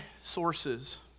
sources